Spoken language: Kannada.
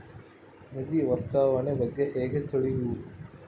ನಿಧಿ ವರ್ಗಾವಣೆ ಬಗ್ಗೆ ಹೇಗೆ ತಿಳಿಯುವುದು?